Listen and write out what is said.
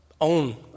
own